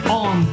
on